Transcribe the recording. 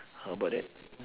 how about that